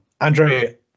Andre